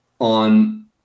on